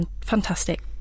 Fantastic